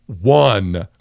one